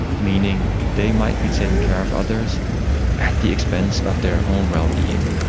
meaning they might be taking care of others at the expense of their own well-being.